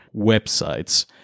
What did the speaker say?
websites